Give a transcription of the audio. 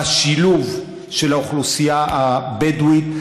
בשילוב של האוכלוסייה הבדואית.